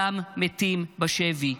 גם מתים בשבי.